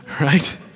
right